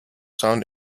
sound